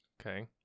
Okay